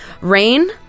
Rain